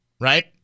right